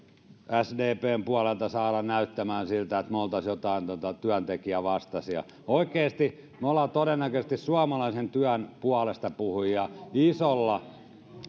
sdpn puolelta saada näyttämään siltä että me olisimme jotenkin työntekijävastaisia oikeasti me olemme todennäköisesti suomalaisen työn puolestapuhujia isolla